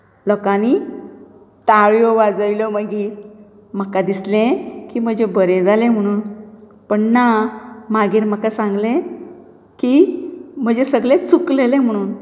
लोकांनी ताळयो वाजयल्यो मागीर म्हाका दिसलें की म्हजें बरें जालें म्हुणून पूण ना मागीर म्हाका सांगलें की म्हजें सगलें चुकलेंलें म्हुणून